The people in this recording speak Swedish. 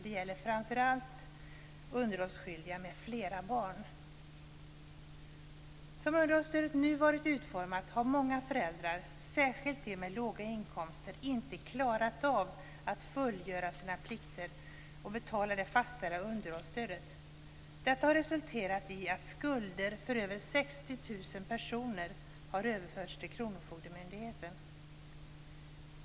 Det gäller framför allt underhållsskyldiga med flera barn. Som underhållsstödet nu varit utformat har många föräldrar, särskilt de med låga inkomster, inte klarat av att fullgöra sina plikter och betala det fastställda underhållsstödet. Detta har resulterat i att skulder för över 60 000 personer har överförts till kronofogemyndigheten.